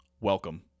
Welcome